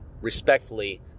respectfully